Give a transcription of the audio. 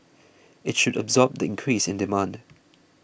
it should absorb the increase in demand